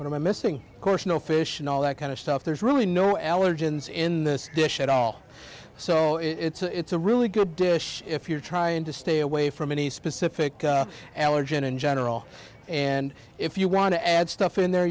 what am i missing course no fish and all that kind of stuff there's really no allergens in this dish at all so it's a really good dish if you're trying to stay away from any specific allergen in general and if you want to add stuff in there